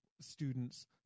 students